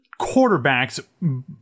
quarterbacks